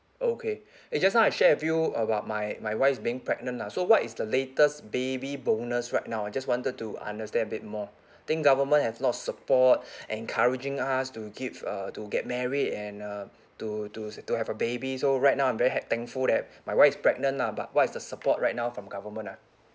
okay eh just now I share with you about my my wife's being pregnant lah so what is the latest baby bonus right now I just wanted to understand a bit more I think government have a lot of support encouraging us to give uh to get married and uh to to s~ to have a baby so right now I'm very ha~ thankful that my wife is pregnant lah but what is the support right now from government ah